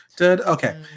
Okay